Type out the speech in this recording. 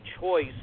choice